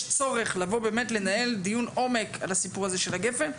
צורך לנהל דיון עומק על הסיפור של הגפ"ן.